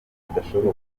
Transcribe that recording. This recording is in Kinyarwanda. bidashoboka